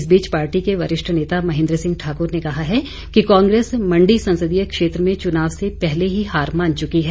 इस बीच पार्टी के वरिष्ठ नेता महेंद्र सिंह ठाकुर ने कहा है कि कांग्रेस मंडी संसदीय क्षेत्र में चुनाव से पहले ही हार मान चुकी है